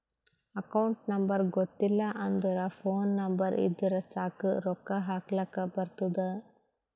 account number ಗೊತ್ತಿಲ್ಲ ಅಂದುರ್ phone number ಇದ್ದುರ್ ಸಾಕ್ ರೊಕ್ಕಾ ಹಾಕ್ಲಕ್ ಬರ್ತುದ್